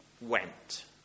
went